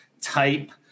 type